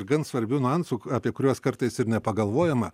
gan svarbių nuansų apie kuriuos kartais ir nepagalvojama